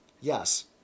Yes